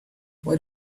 what